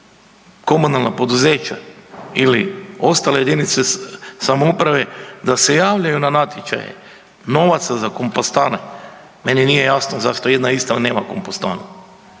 komunalna poduzeća ili ostale jedinice samouprave da se javljaju na natječaje. Novaca za kompostane, meni nije jasno zašto jedna Istra nema kompostanu